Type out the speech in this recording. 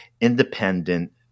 independent